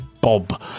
bob